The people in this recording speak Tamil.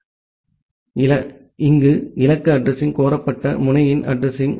எனவே இந்த இலக்கு அட்ரஸிங் கோரப்பட்ட முனையின் அட்ரஸிங்